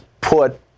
put